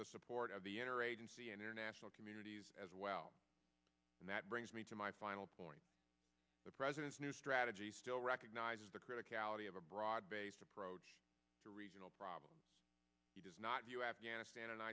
support of the inner agency and international communities as well and that brings me to my final point the president's new strategy still recognizes the criticality of a broad based approach to regional problem he does not view afghanistan